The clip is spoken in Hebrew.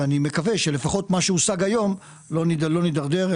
ואני מקווה שלפחות ממה שהושג היום לא נדרדר,